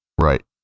Right